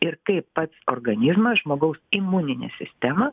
ir kaip pats organizmas žmogaus imuninė sistema